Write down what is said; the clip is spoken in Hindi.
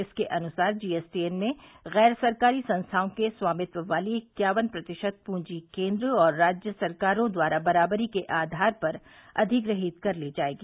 इसके अनुसार जीएस टीएन में गैर सरकारी संस्थाओं के स्वामित्व वाली इक्यावन प्रतिशत पूंजी केन्द्र और राज्य सरकारों द्वारा बराबरी के आधार पर अधिगृहित कर ली जायेगी